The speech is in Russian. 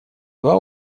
два